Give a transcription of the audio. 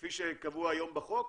כפי שקבוע היום בחוק,